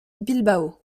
bilbao